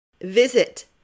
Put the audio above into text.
Visit